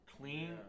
Clean